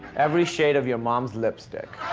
every shade of your mom's lip sticks.